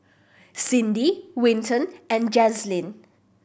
Cindy Winton and Jazlynn